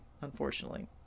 unfortunately